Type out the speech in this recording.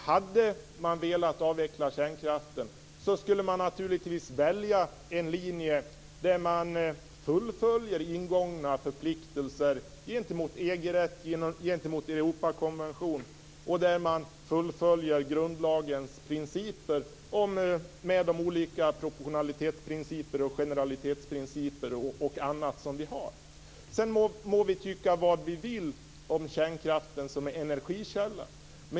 Hade man velat avveckla kärnkraften borde man naturligtvis valt en linje där man fullföljer ingångna förpliktelser gentemot EG-rätt och Europakonventionen och där man följer grundlagens principer, dvs. de olika proportionalitetsprinciper, generalitetsprinciper och annat som vi har. Sedan må vi tycka vad vi vill om kärnkraften som energikälla.